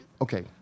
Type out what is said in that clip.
okay